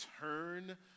turn